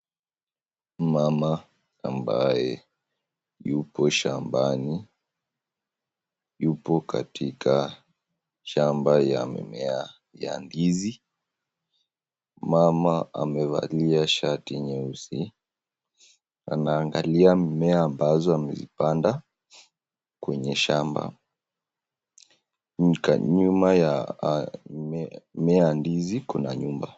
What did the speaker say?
Mama ambaye yupo shambani, yupo katika shamba ya mimea ya ndizi. Mama amevalia shati nyeusi, anaangalia mimea ambazo amezipanda kwenye shamba. Nyuma ya mimea ya ndizi kuna nyumba.